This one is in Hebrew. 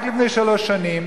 רק לפני שלוש שנים